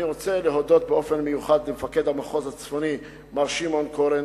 אני רוצה להודות באופן מיוחד למפקד המחוז הצפוני מר שמעון קורן,